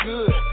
good